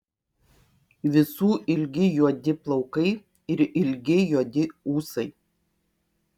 visų ilgi juodi plaukai ir ilgi juodi ūsai